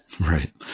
Right